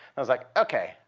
i was like, ok,